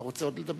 אתה רוצה עוד לדבר?